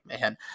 man